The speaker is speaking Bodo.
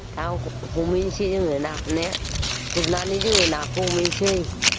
दा हमहैनोसै जोङो नाखौनो गुरनानै जोङो नाखौ हमहैनोसै